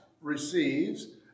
receives